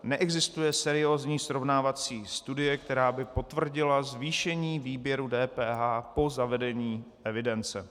Neexistuje seriózní srovnávací studie, která by potvrdila zvýšení výběru DPH po zavedení evidence.